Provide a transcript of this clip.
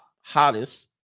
Hottest